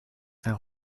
our